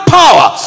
power